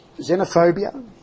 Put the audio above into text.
Xenophobia